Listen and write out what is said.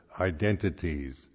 identities